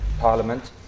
parliament